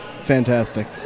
fantastic